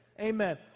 Amen